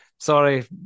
Sorry